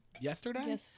Yesterday